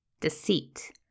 Deceit